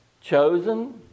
chosen